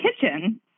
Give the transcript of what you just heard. kitchen